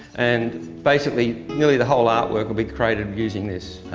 and basically nearly the whole art work will be created using this.